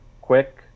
quick